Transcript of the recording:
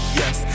yes